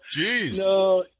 Jeez